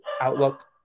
outlook